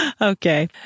Okay